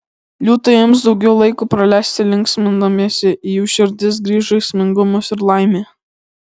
liūtai ims daugiau laiko praleisti linksmindamiesi į jų širdis grįš žaismingumas ir laimė